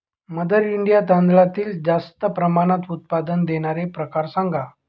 mother India तांदळातील जास्त प्रमाणात उत्पादन देणारे प्रकार सांगा